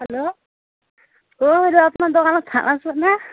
hello অ' বাইদেউ আপোনাৰ দোকানত ধান আছে নে